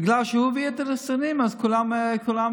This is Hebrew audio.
בגלל שהוא הביא את החיסונים כולם חוסנו,